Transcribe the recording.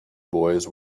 boys